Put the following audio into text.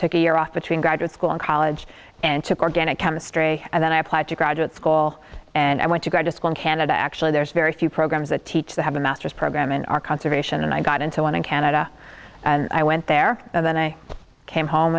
as a year off a tween graduate school and college and took organic chemistry and then i applied to graduate school and i went to grad school in canada actually there's very few programs that teach to have a master's program in our conservation and i got into one in canada and i went there and then i came home